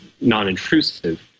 non-intrusive